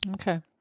Okay